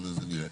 ונראה.